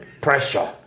pressure